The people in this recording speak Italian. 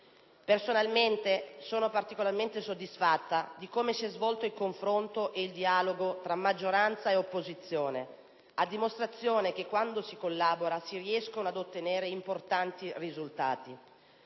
Personalmente sono particolarmente soddisfatta di come si è svolto il confronto ed il dialogo tra maggioranza e opposizione, a dimostrazione che quando si collabora si possono ottenere importanti risultati.